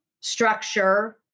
structure